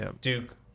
Duke